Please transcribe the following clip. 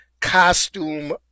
costume